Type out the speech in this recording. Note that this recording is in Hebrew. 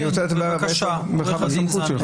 אני רוצה להצביע על מרחב הסמכות.